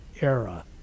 era